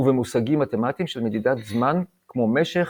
ובמושגים מתמטיים של מדידת זמן כמו משך,